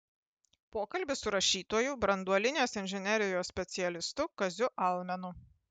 pokalbis su rašytoju branduolinės inžinerijos specialistu kaziu almenu